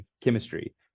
chemistry